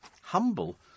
Humble